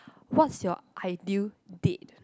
what's your ideal date